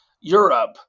Europe